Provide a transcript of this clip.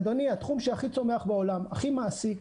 אדוני, התחום שהכי צומח בעולם, הכי מעסיק,